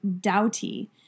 doughty